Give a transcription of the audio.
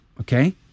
Okay